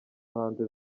hanze